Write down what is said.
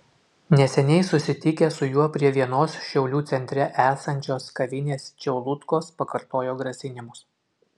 neseniai susitikę su juo prie vienos šiaulių centre esančios kavinės čeilutkos pakartojo grasinimus